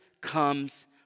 comes